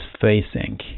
facing